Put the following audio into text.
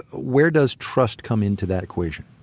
where does trust come into that equation?